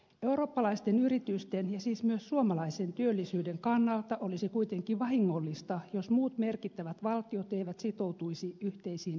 eurooppalaisten yritysten ja siis myös suomalaisen työllisyyden kannalta olisi kuitenkin vahingollista jos muut merkittävät valtiot eivät sitoutuisi yhteisiin pelisääntöihin